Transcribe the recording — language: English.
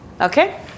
Okay